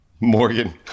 Morgan